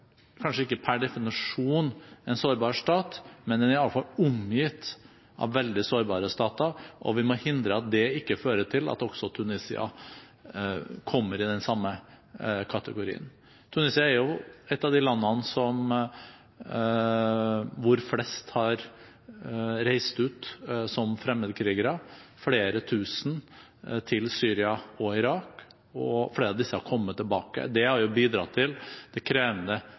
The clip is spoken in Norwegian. kanskje ikke per definisjon en sårbar stat, men den er iallfall omgitt av veldig sårbare stater, og vi må hindre at det ikke fører til at også Tunisia kommer i den samme kategorien. Tunisia er jo et av de landene hvor flest har reist ut som fremmedkrigere, flere tusen, til Syria og Irak, og flere av disse har kommet tilbake. Det har bidratt til det krevende